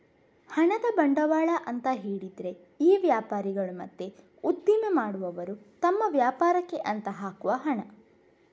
ಹಣದ ಬಂಡವಾಳ ಅಂತ ಹೇಳಿದ್ರೆ ಈ ವ್ಯಾಪಾರಿಗಳು ಮತ್ತೆ ಉದ್ದಿಮೆ ಮಾಡುವವರು ತಮ್ಮ ವ್ಯಾಪಾರಕ್ಕೆ ಅಂತ ಹಾಕುವ ಹಣ